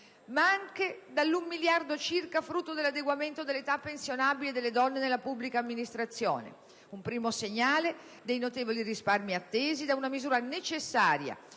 di circa un miliardo per via dell'adeguamento dell'età pensionabile delle donne nella pubblica amministrazione: un primo segnale dei notevoli risparmi attesi da una misura necessaria,